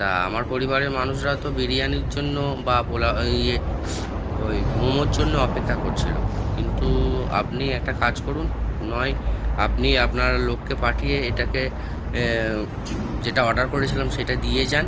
তা আমার পরিবারের মানুষরা তো বিরিয়ানির জন্য বা পোলাও ইয়ে ওই মোমোর জন্য অপেক্ষা করছিলো কিন্তু আপনি একটা কাজ করুন নয় আপনি আপনার লোককে পাঠিয়ে এটাকে এ যেটা অর্ডার করেছিলাম সেটা দিয়ে যান